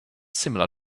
similar